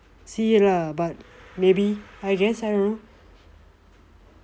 see lah but maybe I guess I don't know